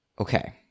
Okay